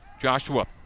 Joshua